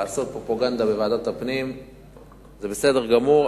לעשות פרופגנדה בוועדת הפנים זה בסדר גמור,